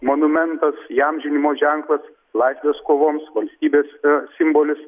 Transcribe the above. monumentas įamžinimo ženklas laisvės kovoms valstybės simbolis